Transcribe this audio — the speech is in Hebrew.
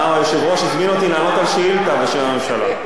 פעם היושב-ראש הזמין אותי לענות על שאילתא בשם הממשלה.